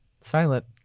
Silent